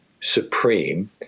Supreme